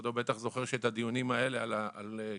כבודו בטח זוכר שאת הדיונים האלה על קמחא,